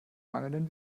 mangelnden